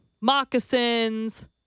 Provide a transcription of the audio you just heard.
moccasins